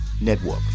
network